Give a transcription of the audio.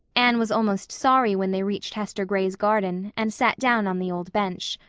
anne was almost sorry when they reached hester gray's garden, and sat down on the old bench.